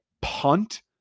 punt